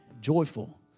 joyful